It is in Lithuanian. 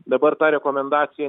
dabar ta rekomendacija